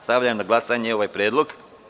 Stavljam na glasanje ovaj predlog.